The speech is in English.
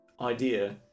idea